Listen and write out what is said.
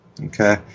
okay